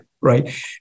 right